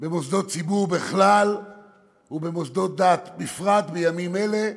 במוסדות ציבור בכלל ובמוסדות דת בפרט בימים אלה.